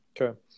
Okay